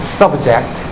subject